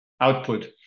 output